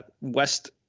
West